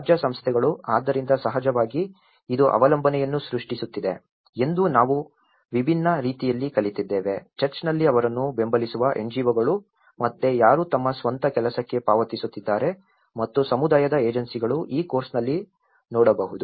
ರಾಜ್ಯ ಸಂಸ್ಥೆಗಳು ಆದ್ದರಿಂದ ಸಹಜವಾಗಿ ಇದು ಅವಲಂಬನೆಯನ್ನು ಸೃಷ್ಟಿಸುತ್ತಿದೆ ಎಂದು ನಾವು ವಿಭಿನ್ನ ರೀತಿಯಲ್ಲಿ ಕಲಿತಿದ್ದೇವೆ ಚರ್ಚ್ನಲ್ಲಿ ಅವರನ್ನು ಬೆಂಬಲಿಸುವ NGO ಗಳು ಮತ್ತೆ ಯಾರು ತಮ್ಮ ಸ್ವಂತ ಕೆಲಸಕ್ಕೆ ಪಾವತಿಸುತ್ತಿದ್ದಾರೆ ಮತ್ತು ಸಮುದಾಯದ ಏಜೆನ್ಸಿಗಳು ಈ ಕೋರ್ಸ್ನಲ್ಲಿ ನೋಡಬಹುದು